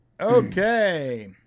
okay